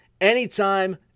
anytime